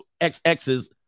XXs